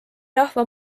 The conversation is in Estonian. rahva